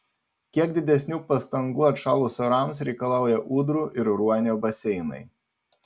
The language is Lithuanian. kiek didesnių pastangų atšalus orams reikalauja ūdrų ir ruonio baseinai